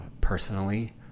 personally